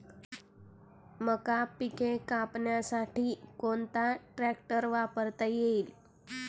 मका पिके कापण्यासाठी कोणता ट्रॅक्टर वापरता येईल?